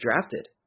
drafted